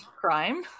crime